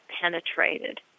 penetrated